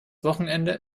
wochenende